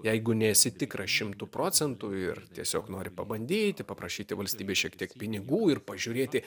jeigu nesi tikras šimtu procentų ir tiesiog nori pabandyti paprašyti valstybės šiek tiek pinigų ir pažiūrėti